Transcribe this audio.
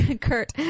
Kurt